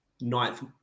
ninth